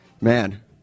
Man